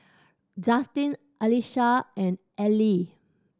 Justen Alesha and Ellyn